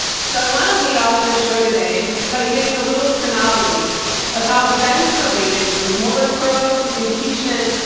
so i want to lead off this show today by giving a little chronology of how events related to the mueller probe, impeachment,